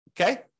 okay